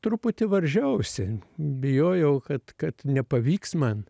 truputį varžiausi bijojau kad kad nepavyks man